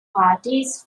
parties